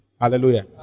Hallelujah